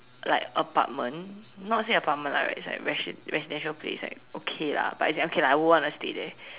like apartment not say apartment lah its like resi~ residential place lah but like okay lah I wouldn't want to stay there